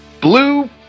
Blue